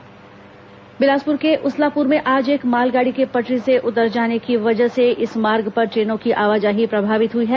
मालगाड़ी दुर्घटना बिलासपुर के उसलापुर में आज एक मालगाडी के पटरी से उतर जाने की वजह से इस मार्ग पर ट्रेनों की आवाजाही प्रभावित हई है